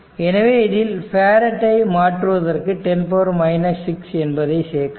எனவே இதில் ஃபேரட் ஐ மாற்றுவதற்காக 10 6 என்பதை சேர்க்கலாம்